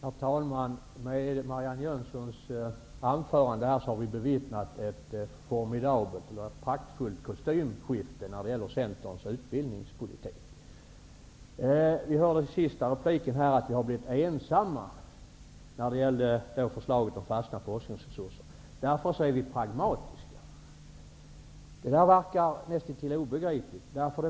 Herr talman! När vi hörde Marianne Jönssons anförande har vi bevittnat ett formidabelt och praktfullt kostymskifte när det gäller Centerns utbildningspolitik. I hennes senaste replik sade hon att man inom Centern har blivit ensam när det gäller förslaget om fasta forskningsresurser. Därför har man blivit pragmatisk. Detta verkar näst intill obegripligt.